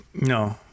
No